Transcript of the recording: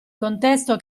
contesto